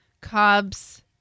cobs